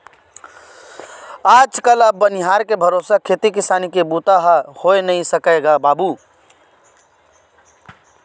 आज कल अब बनिहार के भरोसा खेती किसानी के बूता ह होय नइ सकय गा बाबूय